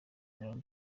mirongo